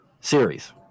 series